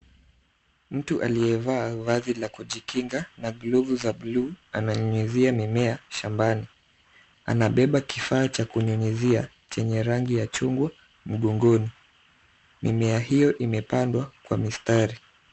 Mtu aliyevaa vazi la kujikinga na glovu za buluu ananyunyuzia mimea shambani. Anabeba kifaa cha kunyunyuzia chenye rangi ya chungwa mgongoni. Mimea hiyo imepandwa kwa mistari.